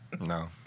No